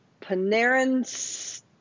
Panarin